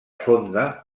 fonda